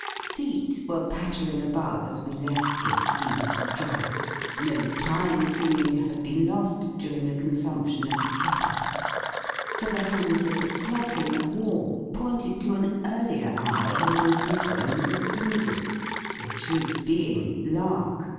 feet were pattering above as we left this scene of strife no time seeming to have been lost during the consumption of the supper for the hands of the clock, in the hall, pointed to an earlier hour than they did when we descended the truth being, lark,